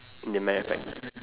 the manufac~